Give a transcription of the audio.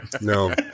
no